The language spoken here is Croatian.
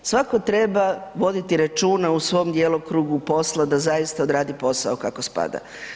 Svako treba voditi računa u svom djelokrugu posla da zaista odradi posao kako spada.